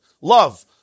Love